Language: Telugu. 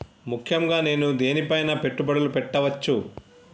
ముఖ్యంగా నేను దేని పైనా పెట్టుబడులు పెట్టవచ్చు?